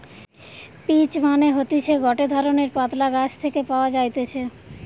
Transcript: peach মানে হতিছে গটে ধরণের পাতলা গাছ থেকে পাওয়া যাইতেছে